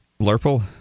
Lurple